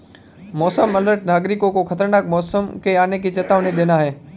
मौसम अलर्ट नागरिकों को खतरनाक मौसम के आने की चेतावनी देना है